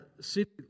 city